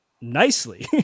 nicely